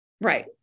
Right